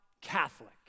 Catholic